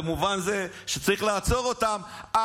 במובן זה שצריך לעצור אותם,